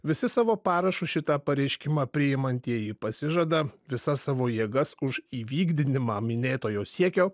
visi savo parašu šitą pareiškimą priimantieji pasižada visas savo jėgas už įvykdinimą minėtojo siekio